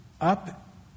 up